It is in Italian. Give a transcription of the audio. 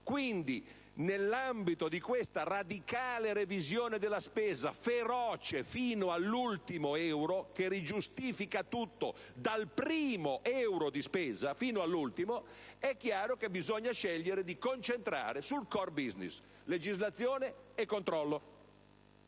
Quindi, nell'ambito di questa radicale revisione della spesa, feroce fino all'ultimo euro, che rigiustifica tutto, dal primo euro di spesa fino all'ultimo, è chiaro che bisogna scegliere di concentrarsi sul *core business*: legislazione e controllo.